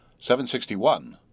761